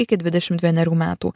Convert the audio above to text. iki dvidešim vienerių metų